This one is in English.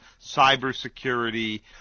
cybersecurity